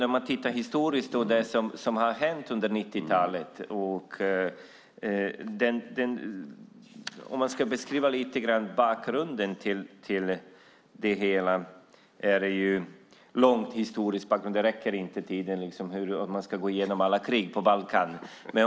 Om man tittar historiskt på det som hände under 90-talet och försöker beskriva bakgrunden till det hela får man gå långt tillbaka. Tiden räcker inte för att här gå igenom alla krig på Balkan.